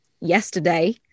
yesterday